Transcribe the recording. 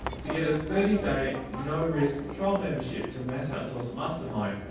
to get a thirty day no risk trial membership to mass outsource mastermind,